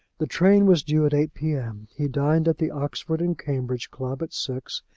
the train was due at eight p m. he dined at the oxford and cambridge club at six,